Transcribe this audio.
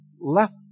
left